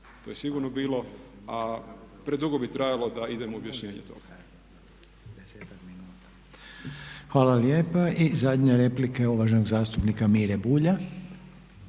To je sigurno bilo a predugo bi trajalo da idem u objašnjenje toga.